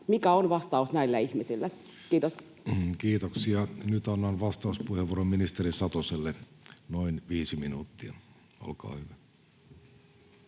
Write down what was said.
Mikä on vastaus näillä ihmisille? — Kiitos. Kiitoksia. — Nyt annan vastauspuheenvuoron ministeri Satoselle, noin viisi minuuttia, olkaa hyvä.